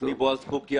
שמי בועז קוקיא,